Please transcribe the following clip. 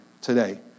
today